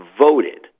voted